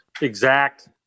exact